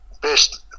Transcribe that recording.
Best